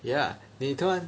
yeah 你突然